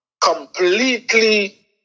completely